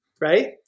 right